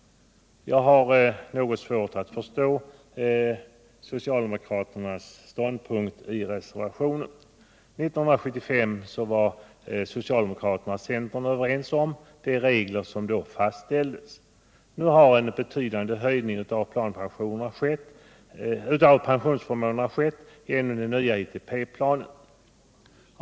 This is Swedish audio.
Jag har svårt att förstå socialdemokraternas ståndpunkt i reservationen. År 1975 var socialdemokraterna och centern överens om de regler som då fastställdes. Nu har en betydande höjning av pensionsförmånerna skett genom den nya ITP-planen.